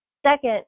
Second